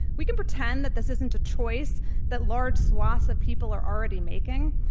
we can pretend that this isn't a choice that large swaths of people are already making.